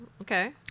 Okay